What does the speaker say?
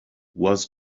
was